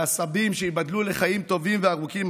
והסבים שייבדלו לחיים טובים וארוכים,